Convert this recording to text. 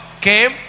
came